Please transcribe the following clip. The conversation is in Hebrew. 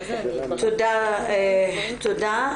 תודה.